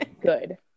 Good